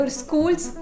schools